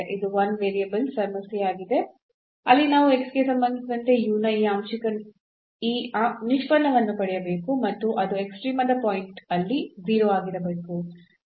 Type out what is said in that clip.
ಇದು 1 ವೇರಿಯಬಲ್ ಸಮಸ್ಯೆಯಾಗಿದೆ ಅಲ್ಲಿ ನಾವು ಗೆ ಸಂಬಂಧಿಸಿದಂತೆ ನ ಈ ನಿಷ್ಪನ್ನವನ್ನು ಪಡೆಯಬೇಕು ಮತ್ತು ಅದು ಎಕ್ಸ್ಟ್ರೀಮದ ಪಾಯಿಂಟ್ ಅಲ್ಲಿ 0 ಆಗಿರಬೇಕು